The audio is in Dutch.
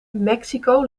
mexico